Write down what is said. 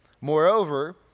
Moreover